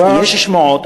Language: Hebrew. אז יש שמועות.